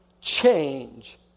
change